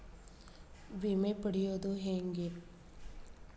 ವಿಮೆ ಪಡಿಯೋದ ಹೆಂಗ್?